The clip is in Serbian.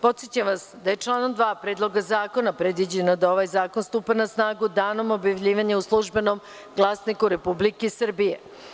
Podsećam vas da je članom 2. Predloga zakona predviđeno da ovaj zakon stupa na snagu objavljivanja u „Službenom glasniku Republike Srbije“